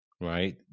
right